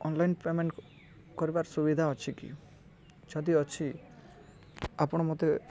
online payment କରିବାର ସୁବିଧା ଅଛି କି ଯଦି ଅଛି ଆପଣ ମୋତେ